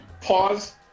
pause